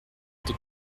été